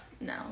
No